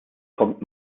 kommt